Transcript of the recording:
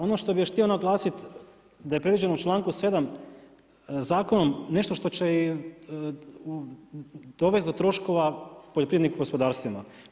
Ono što bi još htio naglasiti, da je predviđeno u čl.7 zakonom nešto što će i dovesti do troškova poljoprivrednim gospodarstvima.